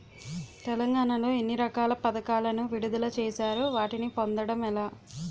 తెలంగాణ లో ఎన్ని రకాల పథకాలను విడుదల చేశారు? వాటిని పొందడం ఎలా?